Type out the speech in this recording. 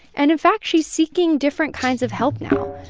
and, in fact, she's seeking different kinds of help now.